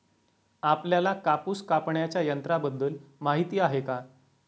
आपल्याला कापूस कापण्याच्या यंत्राबद्दल माहीती आहे का?